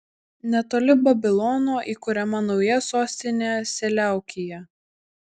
netoli babilono įkuriama nauja sostinė seleukija